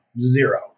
Zero